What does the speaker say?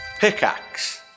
Pickaxe